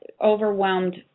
overwhelmed